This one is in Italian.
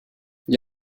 gli